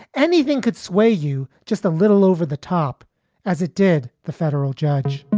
anything could sway you just a little over the top as it did the federal judge